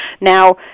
Now